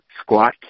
squat